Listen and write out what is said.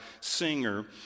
singer